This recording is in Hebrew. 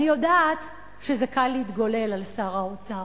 אני יודעת שזה קל להתגולל על שר האוצר.